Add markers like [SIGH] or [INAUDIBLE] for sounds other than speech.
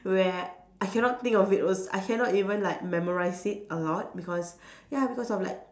where I cannot think of it als~ I cannot even like memorise it a lot because [BREATH] ya because of like